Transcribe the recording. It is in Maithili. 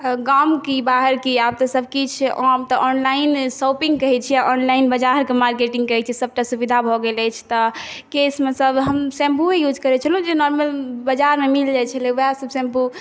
गामकी बाहरकी आबऽ तऽ सभ किछु हम तऽ ऑनलाइन शॉपिंग कहै छीए ऑनलाइन बजारक मार्केटिंग करै छीय सभटा सुविधा भऽ गेल अछि तऽ केशमे हम शेम्पूय यूज करै छीय जे नॉर्मल बजारमे मिल जाइ छलै वोएह सभ शैम्पू